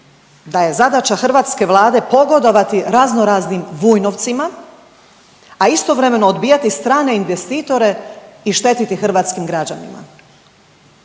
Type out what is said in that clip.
da je zadaća hrvatske Vlade pogodovati raznoraznim Vujnovcima, a istovremeno odbijati strane investitore i štetiti hrvatskim građanima.